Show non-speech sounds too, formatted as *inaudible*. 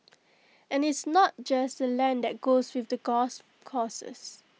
and it's not just the land that goes with the *unintelligible* courses